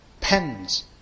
Pens